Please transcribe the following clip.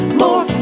more